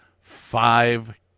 Five